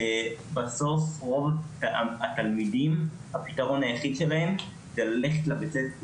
שבסוף רוב התלמידים הפתרון היחיד שלהם זה ללכת לבית ספר,